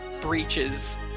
breaches